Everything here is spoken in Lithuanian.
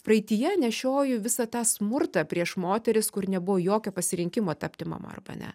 praeityje nešioju visą tą smurtą prieš moteris kur nebuvo jokio pasirinkimo tapti mama arba ne